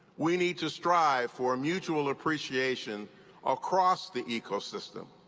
we need to strive for mutual appreciation across the ecosystem.